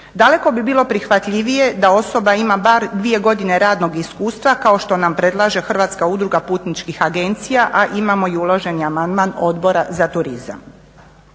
Daleko bi bilo prihvatljivije da osoba ima bar dvije godine radnog iskustva kao što nam predlaže Hrvatska udruga putničkih agencija, a imamo i uloženi amandman Odbora za turizam.